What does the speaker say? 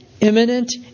imminent